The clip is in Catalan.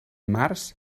març